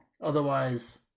Otherwise